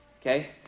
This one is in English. Okay